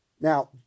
Now